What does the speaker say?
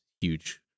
huge